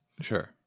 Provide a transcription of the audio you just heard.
Sure